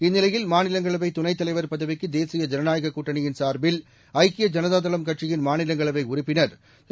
இந்நிலையில் மாநிலங்களவை துணத் தலைவர் பதவிக்கு தேசிய ஜனநாயக கூட்டணியின் சார்பில் ஐக்கிய ஜனதா தளம் கட்சியின் மாநிலங்களவை உறுப்பினர் திரு